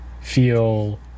feel